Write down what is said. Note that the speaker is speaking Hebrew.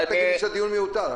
אז אל תגיד שהדיון מיותר.